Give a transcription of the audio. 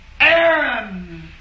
Aaron